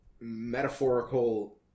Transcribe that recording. metaphorical